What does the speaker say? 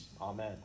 Amen